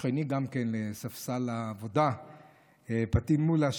שכני לספסל העבודה פטין מולא,